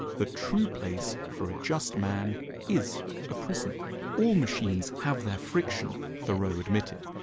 the true place for a just man is a prison all machines have their friction thoreau admitted,